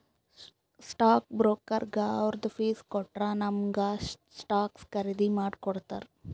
stock ಬ್ರೋಕರ್ಗ ಅವ್ರದ್ fees ಕೊಟ್ಟೂರ್ ನಮುಗ ಸ್ಟಾಕ್ಸ್ ಖರ್ದಿ ಮಾಡಿ ಕೊಡ್ತಾರ್